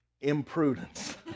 imprudence